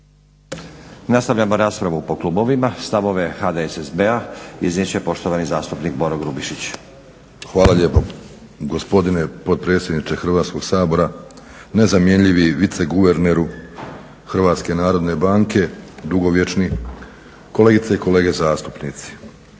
Nastavljamo raspravu po klubovima. Stavove HDSSB-a iznijet će poštovani zastupnik Boro Grubišić. **Grubišić, Boro (HDSSB)** Hvala lijepo gospodine potpredsjedniče Hrvatskog sabora, nezamjenjivi viceguverneru Hrvatske narodne banke, dugovječni, kolegice i kolege zastupnici.